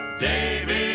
Davy